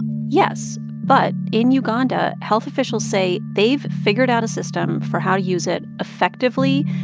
yes. but in uganda, health officials say they've figured out a system for how to use it effectively,